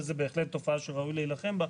וזו בהחלט תופעה שראוי להילחם בה,